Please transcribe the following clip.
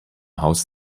haus